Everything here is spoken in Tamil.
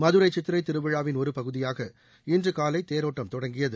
மதுரை சித்திரை திருவிழாவின் ஒரு பகுதியாக இன்று காலை தேரோட்டம் தொடங்கியது